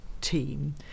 team